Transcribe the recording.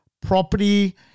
property